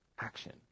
action